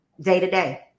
day-to-day